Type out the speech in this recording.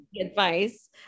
advice